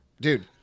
Dude